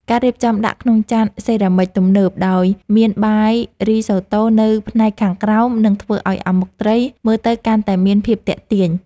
ការរៀបចំដាក់ក្នុងចានសេរ៉ាមិចទំនើបដោយមានបាយរីសូតូនៅផ្នែកខាងក្រោមនឹងធ្វើឱ្យអាម៉ុកត្រីមើលទៅកាន់តែមានភាពទាក់ទាញ។